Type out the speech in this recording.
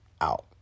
out